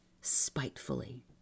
spitefully